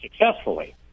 successfully